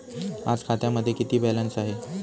आज खात्यामध्ये किती बॅलन्स आहे?